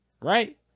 right